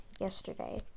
yesterday